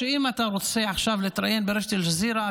אם אתה רוצה עכשיו להתראיין ברשת אל-ג'זירה,